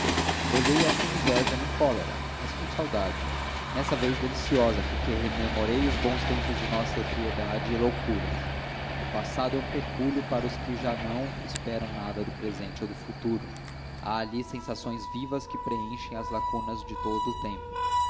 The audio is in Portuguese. sem inveja nem cólera mas com saudade dessa vez deliciosa porque rememorei os bons tempos da nossa ebriedade e loucura o passado é um pecúlio para os que já não esperam nada do presente ou do futuro há ali sensações vivas que preenchem as lacunas de todo o tempo